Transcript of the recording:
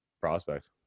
prospect